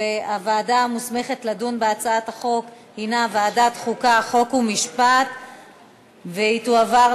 התשע"ו 2016, לוועדת החוקה, חוק ומשפט נתקבלה.